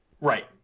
right